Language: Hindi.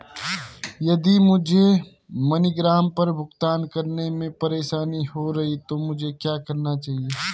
यदि मुझे मनीग्राम पर भुगतान करने में परेशानी हो रही है तो मुझे क्या करना चाहिए?